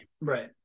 Right